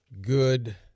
good